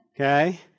Okay